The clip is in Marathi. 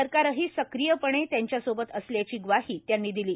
सरकारही सक्रीयपणे त्यांच्यासोबत असल्याची ग्वाही त्यांनी दिली